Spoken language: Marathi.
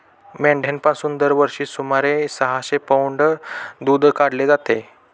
मेंढ्यांपासून दरवर्षी सुमारे सहाशे पौंड दूध काढले जाते